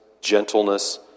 gentleness